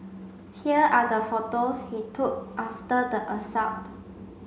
here are the photos he took after the assault